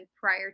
prior